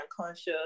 conscious